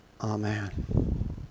amen